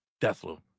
deathloop